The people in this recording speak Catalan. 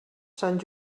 sant